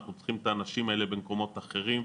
אנחנו צריכים את האנשים האלה במקומות אחרים.